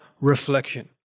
reflection